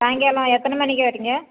சாயங்காலம் எத்தனை மணிக்கு வரீங்க